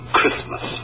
Christmas